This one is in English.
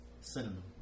cinnamon